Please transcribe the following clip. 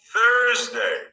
Thursday